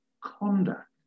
conduct